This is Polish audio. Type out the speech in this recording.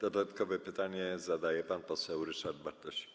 Dodatkowe pytanie zadaje pan poseł Ryszard Bartosik.